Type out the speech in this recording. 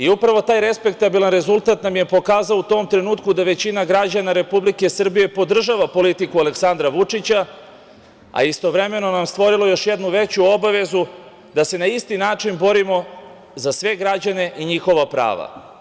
Upravo taj respektabilan rezultat nam je pokazao u tom trenutku da većina građana Republike Srbije podržava politiku Aleksandra Vučića, a istovremeno stvorilo je još jednu veću obavezu da se na isti način borimo za sve građane i njihova prava.